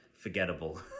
forgettable